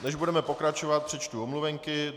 Než budeme pokračovat, přečtu omluvenky.